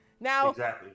Now